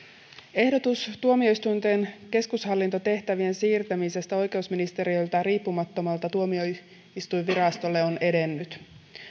ehdotus tuomioistuinten keskushallintotehtävien siirtämisestä oikeusministeriöltä riippumattomalle tuomioistuinvirastolle on edennyt